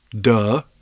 Duh